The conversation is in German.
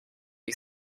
ich